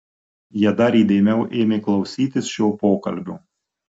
jie dar įdėmiau ėmė klausytis šio pokalbio